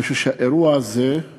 אני חושב שהאירוע הזה הוא